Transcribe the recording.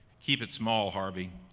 keep it small, harvey,